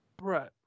Right